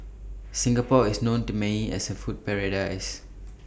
Singapore is known to may as A food paradise